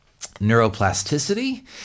Neuroplasticity